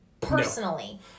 personally